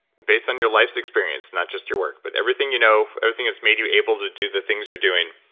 based on your life's experience, not just your work, but everything you know, everything that's made you able to do the things you're doing,